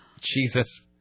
jesus